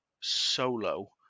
solo